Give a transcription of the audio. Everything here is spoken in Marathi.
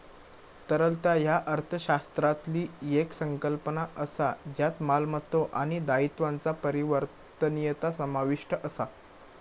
तरलता ह्या अर्थशास्त्रातली येक संकल्पना असा ज्यात मालमत्तो आणि दायित्वांचा परिवर्तनीयता समाविष्ट असा